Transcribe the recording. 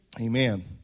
amen